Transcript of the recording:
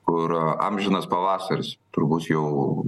kur amžinas pavasaris turbūt jau